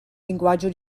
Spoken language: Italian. linguaggi